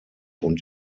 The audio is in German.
und